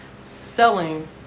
selling